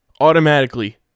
automatically